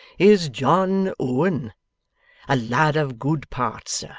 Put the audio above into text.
is john owen a lad of good parts, sir,